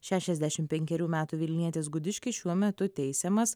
šešiasdešimt penkerių metų vilnietis gudiškis šiuo metu teisiamas